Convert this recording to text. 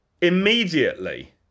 immediately